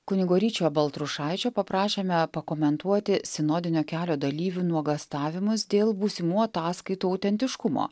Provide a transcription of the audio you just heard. kunigo ryčio baltrušaičio paprašėme pakomentuoti sinodinio kelio dalyvių nuogąstavimus dėl būsimų ataskaitų autentiškumo